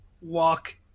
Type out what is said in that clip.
walk